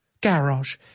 garage